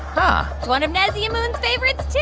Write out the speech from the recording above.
um ah one of nesyamun's favorites,